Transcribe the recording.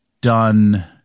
done